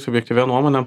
subjektyvia nuomone